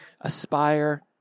aspire